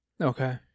Okay